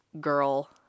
girl